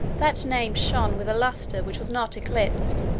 that name shone with a lustre which was not eclipsed,